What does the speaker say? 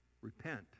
Repent